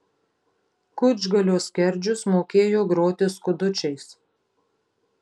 kučgalio skerdžius mokėjo groti skudučiais